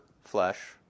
flesh